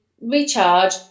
recharge